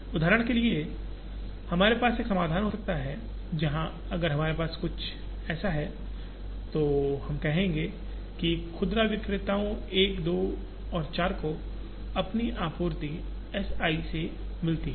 उदाहरण के लिए हमारे पास एक समाधान हो सकता है जहां अगर हमारे पास ऐसा कुछ है तो हम कहेंगे कि खुदरा विक्रेताओं 1 2 और 4 को अपनी आपूर्ति S i से मिलती है